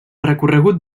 recorregut